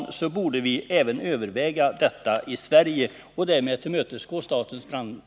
Det är något som vi borde överväga att göra också i Sverige och därmed tillmötesgå statens brandnämnd.